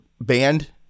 band